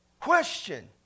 Question